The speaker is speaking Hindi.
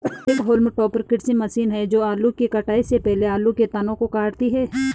एक होल्म टॉपर कृषि मशीन है जो आलू की कटाई से पहले आलू के तनों को काटती है